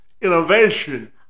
innovation